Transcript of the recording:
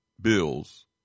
bills